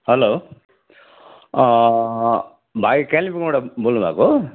hello भाइ कालिम्पोङबाट बोल्नु भएको हो